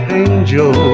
angel